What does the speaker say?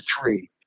three